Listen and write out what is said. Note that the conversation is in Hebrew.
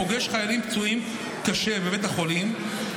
פוגש חיילים פצועים קשה בבית החולים,